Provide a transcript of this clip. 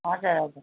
हजुर हजुर